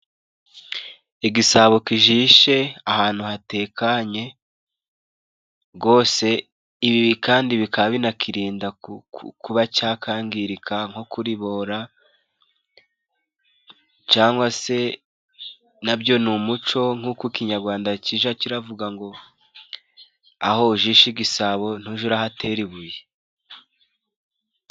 Igisabo kijishe ahantu hatekanye rwose ibi kandi bikaba binakirinda kuba cyakangirika nko kuribora cyangwa se nabyo ni umuco nkuko ikinyarwanda kija kiravuga ngo aho ujishe igisabo ntuja urahatera ibuye.